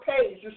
page